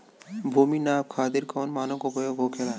भूमि नाप खातिर कौन मानक उपयोग होखेला?